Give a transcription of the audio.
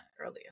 earlier